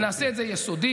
ונעשה את זה יסודי.